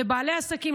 לבעלי העסקים,